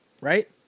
right